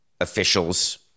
officials